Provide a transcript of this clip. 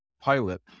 pilot